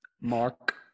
Mark